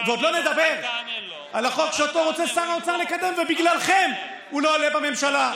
ועוד לא נדבר על החוק ששר האוצר רוצה לקדם ובגללכם הוא לא עולה בממשלה.